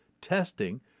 testing